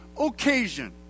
occasion